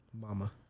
mama